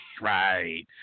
Right